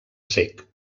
cec